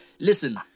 listen